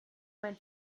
mein